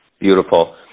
Beautiful